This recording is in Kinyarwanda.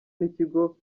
n’ikigo